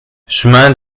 chemin